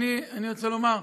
אני רוצה לומר,